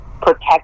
protect